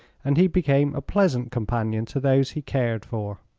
and he became a pleasant companion to those he cared for.